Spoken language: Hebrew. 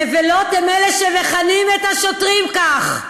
נבלות הם אלה שמכנים את השוטרים כך.